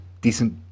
decent